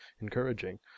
encouraging